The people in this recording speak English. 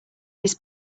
his